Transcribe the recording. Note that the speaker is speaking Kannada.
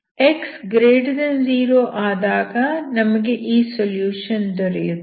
x0 ಆದಾಗ ನಮಗೆ ಈ ಸೊಲ್ಯೂಷನ್ ದೊರೆಯುತ್ತದೆ